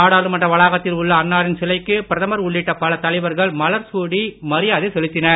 நாடாளுமன்ற வளாகத்தில் உள்ள அன்னாரின் சிலைக்கு பிரதமர் உள்ளிட்ட பல தலைவர்கள் மலர் மாலை சூடி மரியாதை செலுத்தினர்